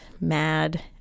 mad